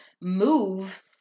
move